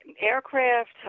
aircraft